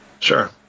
Sure